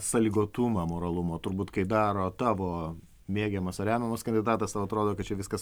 sąlygotumą moralumo turbūt kai daro tavo mėgiamas ar remiamas kandidatas tau atrodo kad čia viskas